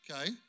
Okay